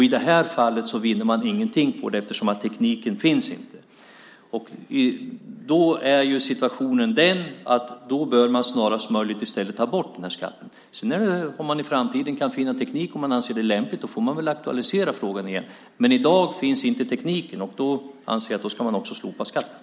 I det här fallet vinner de ingenting på det, eftersom tekniken inte finns. Situationen är sådan att man snarast möjligt i stället bör ta bort den här skatten. Om man i framtiden kan finna teknik och anser det lämpligt får man aktualisera frågan igen. Men i dag finns inte tekniken, och därför anser jag att man också ska slopa skatten.